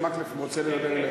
מקלב רוצה לדבר אליך.